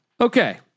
Okay